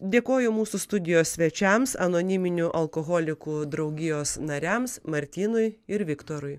dėkoju mūsų studijos svečiams anoniminių alkoholikų draugijos nariams martynui ir viktorui